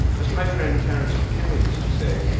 as my friend terrence mckenna used to say,